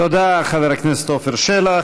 תודה, חבר הכנסת עפר שלח.